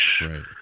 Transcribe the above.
Right